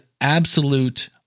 absolute